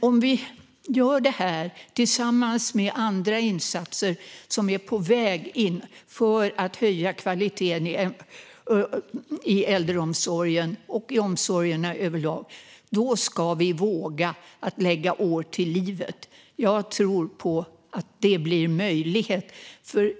Om vi gör detta tillsammans med andra insatser som är på väg för att höja kvaliteten i äldreomsorgen och omsorgen överlag ska vi våga lägga år till livet. Jag tror på att detta blir möjligt.